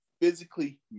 physically